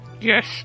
Yes